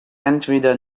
entweder